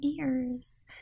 ears